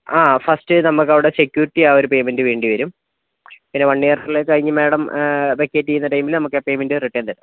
ആ ഫസ്റ്റ് നമുക്ക് അവിടെ സെക്യൂരിറ്റി ആ ഒരു പേമെന്റ് വേണ്ടി വരും പിന്നെ വണ് ഇയറില് കഴിഞ്ഞ് മാഡം വെക്കേറ്റ് ചെയ്യുന്ന ആ ടൈമിൽ നമുക്കാ പേമെന്റ് റിട്ടേണ് തരും